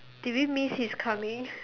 did we miss his coming